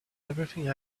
everything